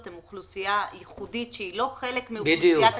הם אוכלוסייה ייחודית שאינה חלק מאוכלוסיית הקשישים,